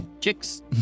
Chicks